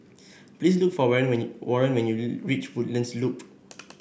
please look for Warren when you Warren when you reach Woodlands Loop